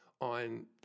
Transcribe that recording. on